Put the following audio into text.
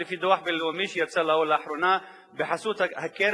לפי דוח בין-לאומי שיצא לאחרונה בחסות הקרן